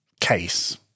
case